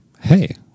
hey